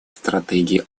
стратегии